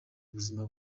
ubuzima